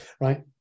Right